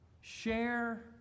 Share